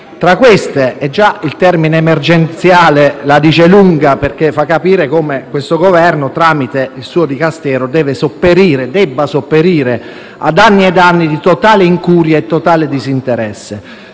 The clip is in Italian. emergenziali. Già il termine «emergenziale» la dice lunga, perché fa capire come questo Governo, tramite il suo Dicastero, debba sopperire ad anni ed anni di totale incuria e totale disinteresse.